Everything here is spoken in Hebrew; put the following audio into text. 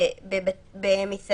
בבריכה, "במקום